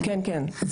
כן כן.